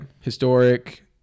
Historic